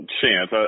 chance